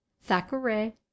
thackeray